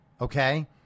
okay